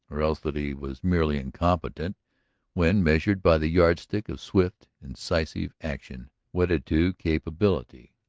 or else that he was merely incompetent when measured by the yardstick of swift, incisive action wedded to capability.